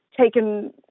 taken